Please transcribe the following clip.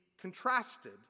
contrasted